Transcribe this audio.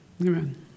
Amen